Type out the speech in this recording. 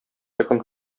йокым